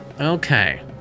Okay